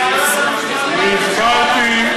זה לא בתחום האחריות של משרד המשפטים, הנושא הזה?